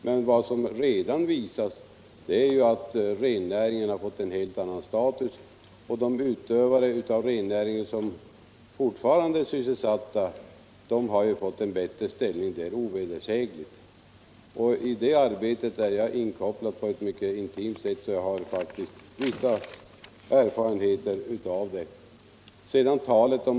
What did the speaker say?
Men det har redan visat sig att rennäringen fått en helt annan status och det är ovedersägligt att de som fortfarande utövar rennäringen har fått en bättre ställning. I det arbetet är jag inkopplad på ett mycket intimt sätt och har vissa erfarenheter av det.